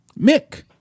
Mick